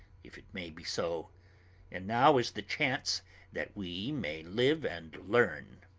if it may be so and now is the chance that we may live and learn.